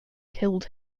killed